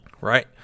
right